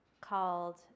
called